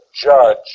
judge